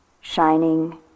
shining